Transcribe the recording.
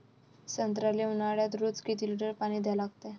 संत्र्याले ऊन्हाळ्यात रोज किती लीटर पानी द्या लागते?